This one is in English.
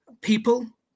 people